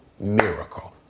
miracle